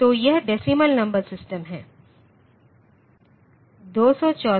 तो यह decimal number सिस्टमहै